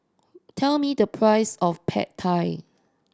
tell me the price of Pad Thai